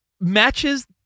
matches